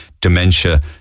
dementia